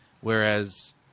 Whereas